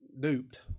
duped